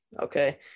Okay